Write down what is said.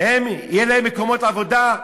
יהיו מקומות עבודה?